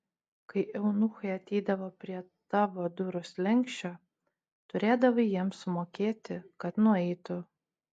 kai eunuchai ateidavo prie tavo durų slenksčio turėdavai jiems sumokėti kad nueitų